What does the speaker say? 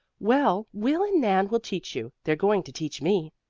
well, will and nan will teach you. they're going to teach me.